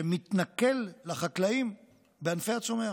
שמתנכל לחקלאים בענפי הצומח,